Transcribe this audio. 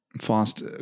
fast